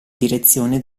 direzione